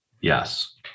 Yes